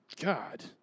God